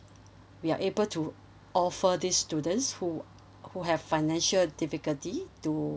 we are able to offer these students who who have financial difficulty to